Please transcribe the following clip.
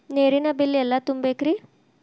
ನೇರಿನ ಬಿಲ್ ಎಲ್ಲ ತುಂಬೇಕ್ರಿ?